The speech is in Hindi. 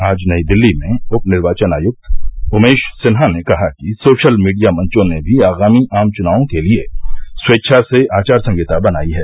आज नई दिल्ली में उप निर्वाचन आयुक्त उमेश सिन्हा ने कहा कि सोशल मीडिया मंचों ने भी आगामी आम चुनावों के लिए स्वेच्छा से आचार संहिता बनाई है